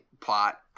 plot